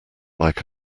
like